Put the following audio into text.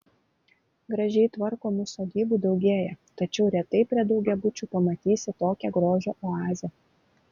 gražiai tvarkomų sodybų daugėja tačiau retai prie daugiabučių pamatysi tokią grožio oazę